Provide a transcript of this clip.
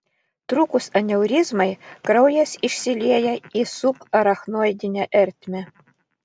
trūkus aneurizmai kraujas išsilieja į subarachnoidinę ertmę